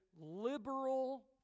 liberal